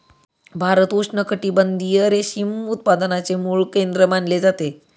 भारत उष्णकटिबंधीय रेशीम उत्पादनाचे मूळ केंद्र मानले जाते